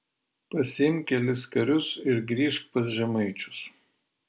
pasiimk kelis karius ir grįžk pas žemaičius